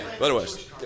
Otherwise